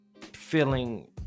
feeling